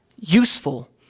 useful